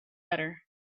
better